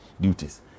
duties